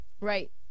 Right